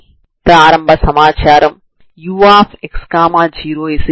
two dimensional తరంగ సమీకరణం వాస్తవానికి అదే సమీకరణం తేడా ఏమిటంటే ప్లేన్ ప్రత్యేక డొమైన్ అవుతుంది